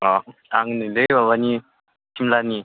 अ आं नैलै माबानि सिमलानि